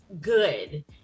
good